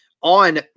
on